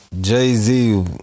Jay-Z